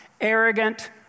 arrogant